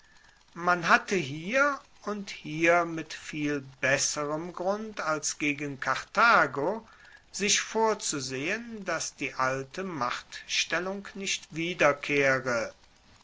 man hatte hier und hier mit viel besserem grund als gegen karthago sich vorzusehen dass die alte machtstellung nicht wiederkehre